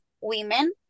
women